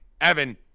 Evan